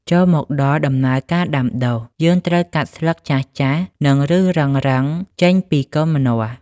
ចូលមកដល់ដំណើរការដាំដុះយើងត្រូវកាត់ស្លឹកចាស់ៗ និងឫសរឹងៗចេញពីកូនម្នាស់។